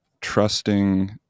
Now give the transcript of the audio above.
trusting